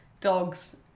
Dogs